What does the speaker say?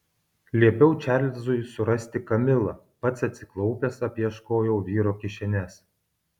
liepiau čarlzui surasti kamilą pats atsiklaupęs apieškojau vyro kišenes